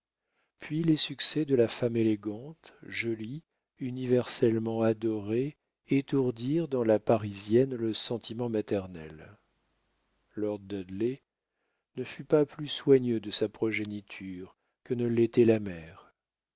puis les succès de la femme élégante jolie universellement adorée étourdirent dans la parisienne le sentiment maternel lord dudley ne fut pas plus soigneux de sa progéniture que ne l'était la mère